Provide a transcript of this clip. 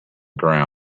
ground